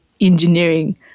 engineering